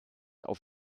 auf